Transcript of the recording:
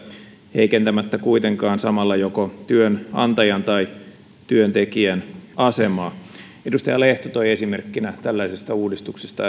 heikentämättä kuitenkaan samalla joko työnantajan tai työntekijän asemaa edustaja lehto toi äsken esille esimerkkinä tällaisesta uudistuksesta